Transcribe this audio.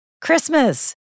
Christmas